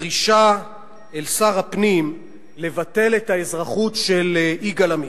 הדרישה אל שר הפנים לבטל את האזרחות של יגאל עמיר.